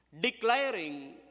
declaring